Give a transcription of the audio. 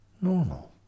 normal